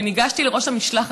בשבוע שעבר נגשתי לראש המשלחת,